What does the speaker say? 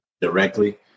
directly